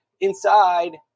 inside